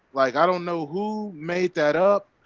like i don't know who made that up.